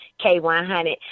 K100